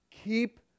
Keep